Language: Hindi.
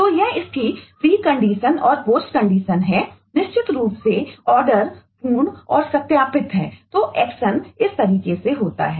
तो यह इसकी प्रीकंडीशन इस तरह से होता है